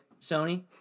Sony